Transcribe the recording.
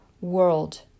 world